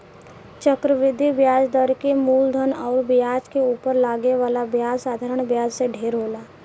चक्रवृद्धि ब्याज दर के मूलधन अउर ब्याज के उपर लागे वाला ब्याज साधारण ब्याज से ढेर होला